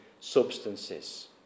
substances